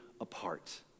apart